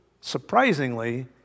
surprisingly